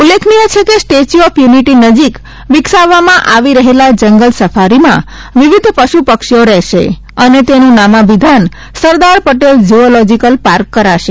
ઉલ્લેખનીય છે કે સ્ટેચ્યુ ઓફ યુનિટી નજીક વિકસાવવામાં આવી રહેલા જંગલ સફારીમાં વિવિધ પશુ પક્ષીઓ રહેશે અને તેનું નામાભિધાન સરદાર પટેલ ઝૂઓલોજિક્લ પાર્ક કરાશે